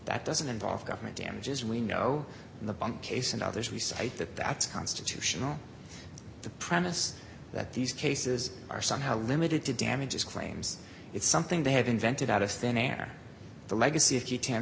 that doesn't involve government damages we know in the bunk case and others we say that that's constitutional the premise that these cases are somehow limited to damages claims it's something they have invented out of thin air the legacy